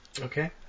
Okay